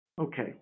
Okay